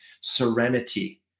serenity